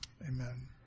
Amen